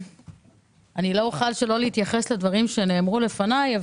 לא אוכל שלא להתייחס לדברים שנאמרו לפניי.